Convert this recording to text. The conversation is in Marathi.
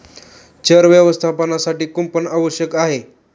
चर व्यवस्थापनासाठी कुंपण आवश्यक आहे